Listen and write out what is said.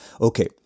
Okay